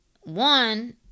One